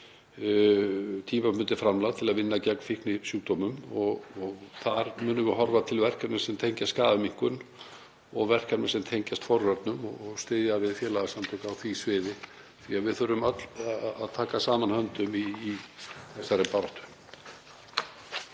tímabundið framlag til að vinna gegn fíknisjúkdómum. Þar munum við horfa til verkefna sem tengjast skaðaminnkun og verkefna sem tengjast forvörnum og styðja við félagasamtök á því sviði því að við þurfum öll að taka saman höndum í þessari baráttu.